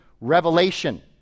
Revelation